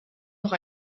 noch